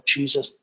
Jesus